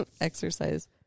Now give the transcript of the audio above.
exercise